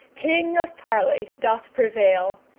king of parley, doth prevail,